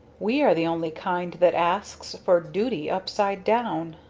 we are the only kind that asks for duty upside down.